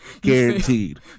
guaranteed